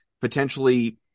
potentially